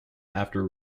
after